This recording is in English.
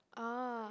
ah